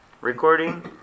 recording